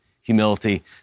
humility